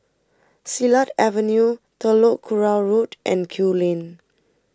Silat Avenue Telok Kurau Road and Kew Lane